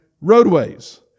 roadways